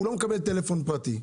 הוא לא מקבל טלפון פרטי.